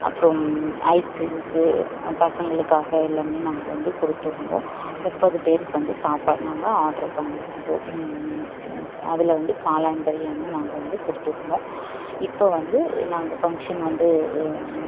அப்புறோம் ice creams பசங்களுக்காக எல்லாமே நாங்கள் வந்து கொடுத்துருந்தோம் முப்பது பேருக்கு வந்து சாப்பாடு நாங்கள் ஆர்ட்ரு பண்ணியிருந்தோம் அதில் வந்து காளான் பிரியாணியும் நாங்கள் வந்து கொடுத்துருந்தோம் இப்போ வந்து நாங்கள் ஃபங்க்ஷன் வந்து